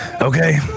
okay